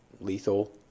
lethal